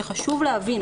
חשוב להבין.